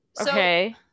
Okay